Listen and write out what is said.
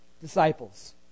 Disciples